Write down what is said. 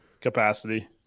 capacity